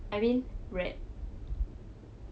I mean bread